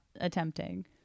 attempting